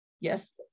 Yes